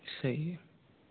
सही है